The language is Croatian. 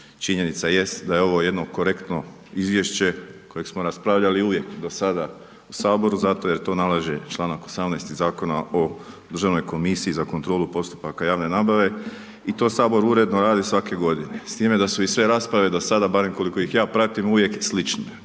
činjenica jest da je ovo jedno korektno izvješće kojeg smo raspravljali uvijek do sada u Saboru zato jer to nalaže članak 18. Zakona o državnoj komisiji za kontrolu postupaka javne nabave. I to Sabor uredno radi svake godine, s time da i u sve rasprave do sada, barem koliko ih ja pravim, uvijek slične.